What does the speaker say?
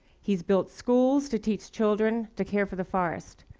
he's built schools to teach children to care for the forest.